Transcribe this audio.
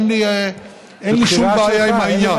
אין לי שום בעיה עם העניין.